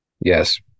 Yes